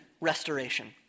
restoration